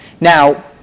Now